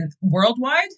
worldwide